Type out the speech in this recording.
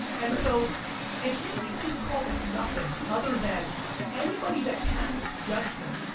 and so if you leave this call with nothing other than anybody that casts judgment